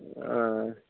ஆ ஆ